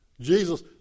Jesus